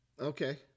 Okay